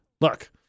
Look